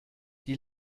die